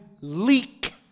leak